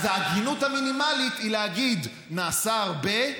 אז ההגינות המינימלית היא להגיד: נעשה הרבה,